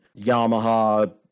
Yamaha